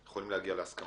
מי בעד?